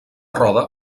roda